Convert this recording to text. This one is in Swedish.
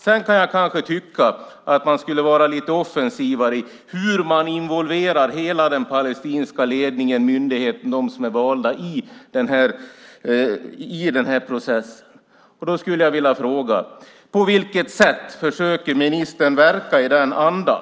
Sedan kan jag kanske tycka att man skulle vara lite offensivare i hur man involverar den palestinska ledningen, myndigheten och dem som är valda i processen. På vilket sätt försöker ministern verka i den andan?